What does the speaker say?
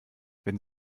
wenn